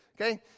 Okay